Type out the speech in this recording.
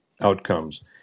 outcomes